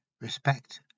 Respect